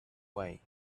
way